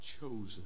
chosen